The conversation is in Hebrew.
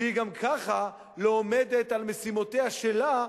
שהיא גם ככה לא עומדת במשימותיה שלה,